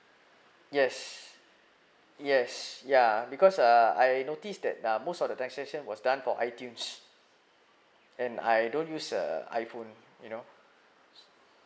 yes yes ya because uh I noticed that uh most of the transaction was done for itunes and I don't use uh iphone you know